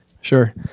Sure